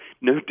no